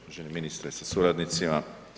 Uvaženi ministre sa suradnicima.